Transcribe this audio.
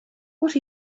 what